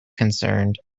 concerned